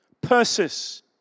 Persis